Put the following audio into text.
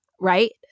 right